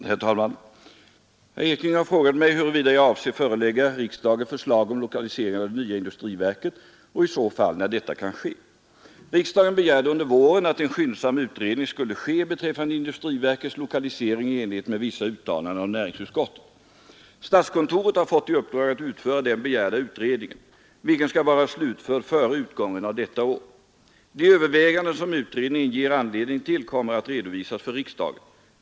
Herr talman! Herr Ekinge har frågat mig, huruvida jag avser förelägga riksdagen förslag om lokalisering av det nya industriverket och i så fall när detta kan ske. Riksdagen begärde under våren att en skyndsam utredning skulle göras beträffande industriverkets lokalisering i enlighet med vissa uttalanden av näringsutskottet. Statskontoret har fått i uppdrag att utföra den begärda utredningen, vilken skall vara slutförd före utgången av detta år. De överväganden som utredningen ger anledning till kommer att redovisas för riksdagen.